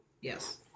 Yes